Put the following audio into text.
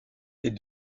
les